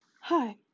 Hi